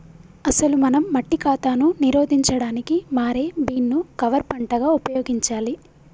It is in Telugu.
అసలు మనం మట్టి కాతాను నిరోధించడానికి మారే బీన్ ను కవర్ పంటగా ఉపయోగించాలి